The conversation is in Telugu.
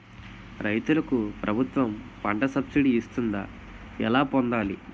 రైతులకు ప్రభుత్వం పంట సబ్సిడీ ఇస్తుందా? ఎలా పొందాలి?